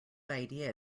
idea